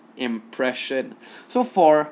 impression so for